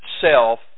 self